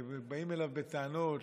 שבאים אליו בטענות,